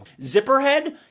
Zipperhead